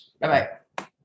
Bye-bye